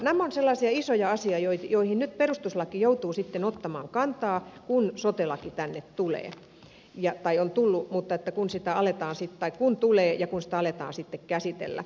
nämä ovat sellaisia isoja asioita joihin nyt perustuslakivaliokunta joutuu sitten ottamaan kantaa kun sote laki tänne tulee ja kun sitä aletaan sitten kun tulee jokusta aletaan sitten käsitellä